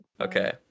Okay